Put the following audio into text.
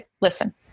Listen